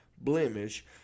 blemish